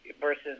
versus